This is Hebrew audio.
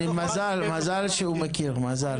מזל שהוא מכיר, מזל.